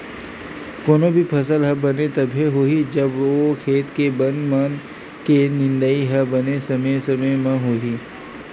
कोनो भी फसल ह बने तभे होही जब ओ खेत के बन मन के निंदई ह बने समे समे होही